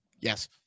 Yes